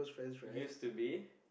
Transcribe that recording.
use to be